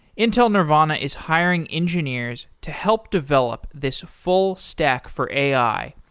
intel nervana is hiring engineers to help develop this full stack for ai,